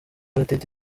ltd